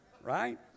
right